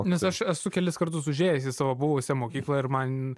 nes aš esu kelis kartus užėjęs į savo buvusią mokyklą ir man